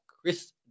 Chris